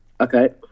Okay